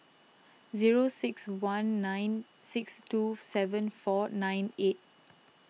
zero six one nine six two seven four nine eight